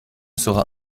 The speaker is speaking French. sera